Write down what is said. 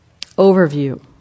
overview